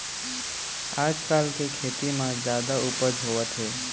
आजकाल के खेती म जादा उपज होवत हे